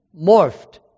morphed